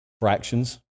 Fractions